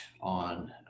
on